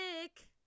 dick